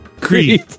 Creep